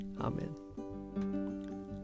Amen